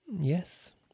Yes